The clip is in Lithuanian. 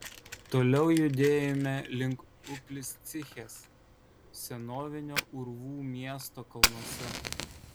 toliau judėjome link upliscichės senovinio urvų miesto kalnuose